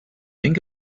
think